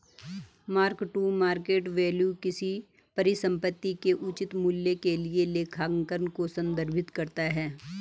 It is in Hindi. मार्क टू मार्केट वैल्यू किसी परिसंपत्ति के उचित मूल्य के लिए लेखांकन को संदर्भित करता है